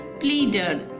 pleaded